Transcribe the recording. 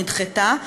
שנדחתה.